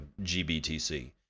GBTC